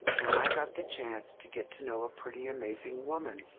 and i got the chance to get to know a pretty amazing woman.